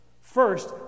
First